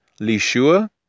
Lishua